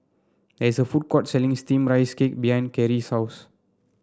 there is a food court selling steam Rice Cake behind Kerri's house